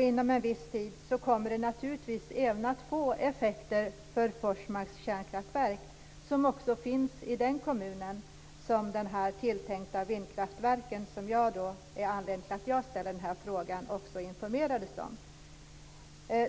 Inom en viss tid kommer det naturligtvis även att få effekter för Forsmarks kärnkraftverk som finns i samma kommun som de tilltänkta vindkraftverk som är anledningen till min interpellation och som det informerats om.